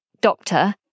Doctor